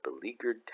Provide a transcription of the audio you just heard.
beleaguered